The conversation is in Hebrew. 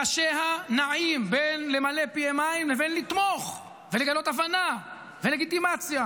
ראשיה נעים בין למלא פיהם מים לבין לתמוך ולגלות הבנה ולגיטימציה